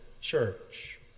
church